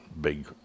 big